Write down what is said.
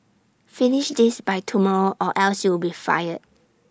finish this by tomorrow or else you'll be fired